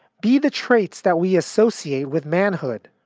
be the traits that we associate with manhood.